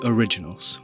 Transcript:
Originals